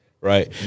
right